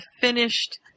finished